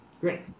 Great